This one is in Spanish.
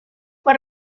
fue